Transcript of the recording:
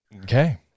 okay